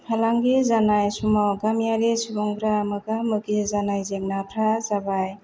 फालांगि जानाय समाव गामियारि सुबुंफ्रा मोगा मोगि जानाय जेंनाफ्रा जाबाय